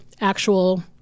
Actual